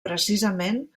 precisament